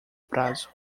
prazo